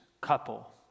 couple